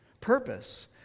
purpose